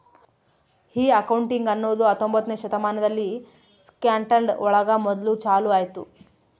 ಈ ಅಕೌಂಟಿಂಗ್ ಅನ್ನೋದು ಹತ್ತೊಂಬೊತ್ನೆ ಶತಮಾನದಲ್ಲಿ ಸ್ಕಾಟ್ಲ್ಯಾಂಡ್ ಒಳಗ ಮೊದ್ಲು ಚಾಲೂ ಆಯ್ತು